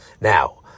Now